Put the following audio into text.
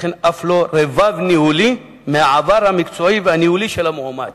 וכן אף לא רבב ניהולי בעבר המקצועי והניהולי של המועמד.